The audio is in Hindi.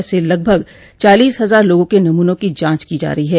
ऐसे लगभग चालीस हजार लोगों क नमूनों की जांच की जा रही है